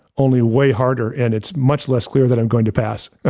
only way harder, and it's much less clear that i'm going to pass.